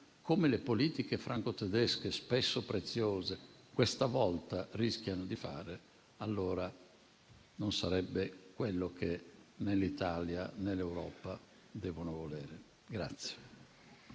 come le politiche franco-tedesche, spesso preziose, questa volta rischiano di fare, allora non sarebbe quello che né l'Italia, né l'Europa devono volere.